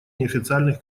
неофициальных